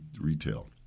retail